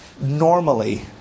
normally